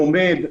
לומד,